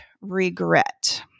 regret